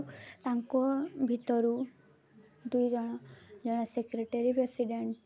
ତାଙ୍କ ଭିତରୁ ଦୁଇଜଣ ଜଣେ ସେକ୍ରେଟେରୀ ପ୍ରେସିଡେଣ୍ଟ୍